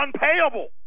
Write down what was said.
unpayable